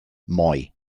moi